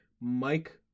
Mike